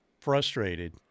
frustrated